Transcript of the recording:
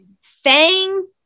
Fang